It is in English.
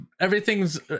Everything's